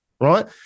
right